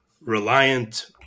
reliant